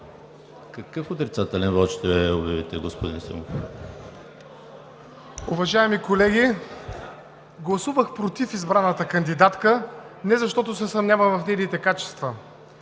Какъв отрицателен вот ще обявите, господин Симов?